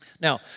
Now